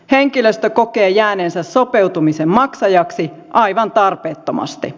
henkilöstö kokee jääneensä sopeutumisen maksajaksi aivan tarpeettomasti